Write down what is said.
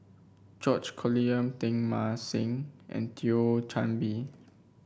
George Collyer Teng Mah Seng and Thio Chan Bee